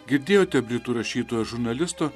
girdėjote britų rašytojo žurnalisto